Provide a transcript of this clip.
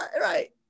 right